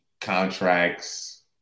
contracts